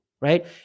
right